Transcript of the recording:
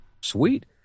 Sweet